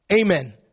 Amen